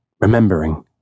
remembering